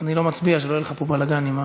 אני לא מצביע, כדי שלא יהיה לך פה בלגן עם,